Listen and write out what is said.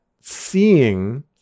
seeing